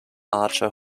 archer